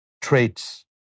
traits